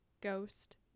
ghost